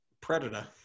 predator